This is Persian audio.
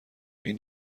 این